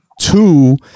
two